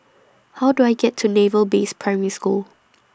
How Do I get to Naval Base Primary School